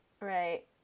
right